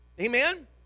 Amen